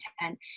intent